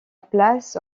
place